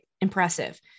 impressive